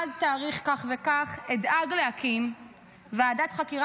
עד תאריך כך וכך אדאג להקים ועדת חקירה